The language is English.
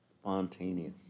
Spontaneous